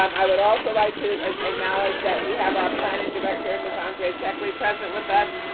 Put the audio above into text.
um i would also like to and acknowledge that we have our planning director and ms. andre checkley present with us,